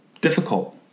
difficult